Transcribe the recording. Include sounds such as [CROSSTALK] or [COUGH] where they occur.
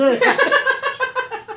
[LAUGHS]